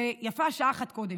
ויפה שעה אחת קודם.